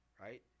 right